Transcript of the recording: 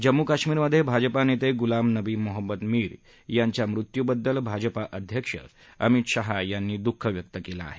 जम्मू कश्मीरमधे भाजपा नेते गुलाम नबी मोहम्मद मीर यांच्या मृत्यूबद्दल भाजपा अध्यक्ष अमित शाह यांनी दुःख व्यक्त केलं आहे